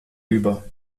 über